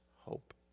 hope